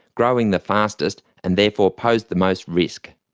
growing the fastest, and therefore posed the most risk.